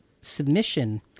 submission